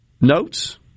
notes